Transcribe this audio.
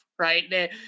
Right